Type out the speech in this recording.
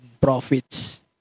profits